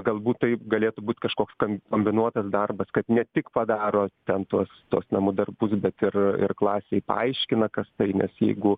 galbūt tai galėtų būt kažkoks kom kombinuotas darbas kad ne tik padaro ten tuos tuos namų darbus bet ir ir klasėj paaiškina kas tai nes jeigu